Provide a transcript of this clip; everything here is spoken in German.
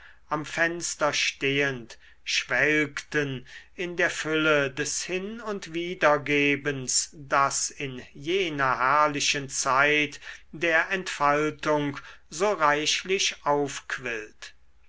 am fenster stehend schwelgten in der fülle des hin und widergebens das in jener herrlichen zeit der entfaltung so reichlich aufquillt